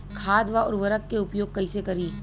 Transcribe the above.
खाद व उर्वरक के उपयोग कइसे करी?